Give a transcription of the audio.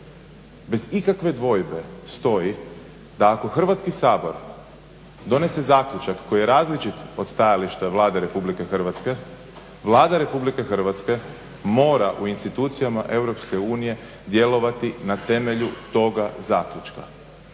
bez ikakve dvojbe stoji da ako Hrvatski sabor donese zaključak koji je različit od stajališta Vlade Republike Hrvatske, Vlada Republike Hrvatske mora u institucijama Europske unije djelovati na temelju toga zaključka.